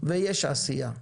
ויש עשייה,